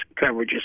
coverages